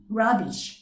rubbish